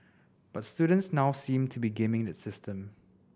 but students now seem to be gaming the system